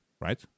right